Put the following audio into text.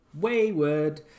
wayward